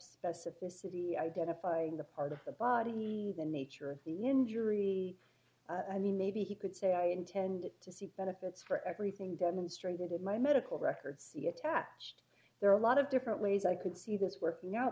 specificity identifying the part of the body the nature of the injury i mean maybe he could say i intend to see benefits for everything demonstrated in my medical records the attached there are a lot of different ways i could see this working out